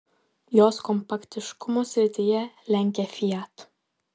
juos kompaktiškumo srityje lenkia fiat